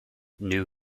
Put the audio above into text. new